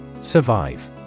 Survive